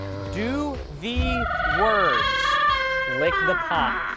do the words lick the pop,